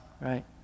right